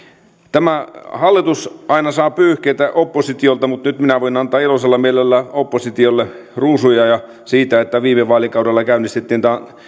tämä hallitus aina saa pyyhkeitä oppositiolta mutta nyt minä voin antaa iloisella mielellä oppositiolle ruusuja siitä että viime vaalikaudella käynnistettiin tämä